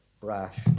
brash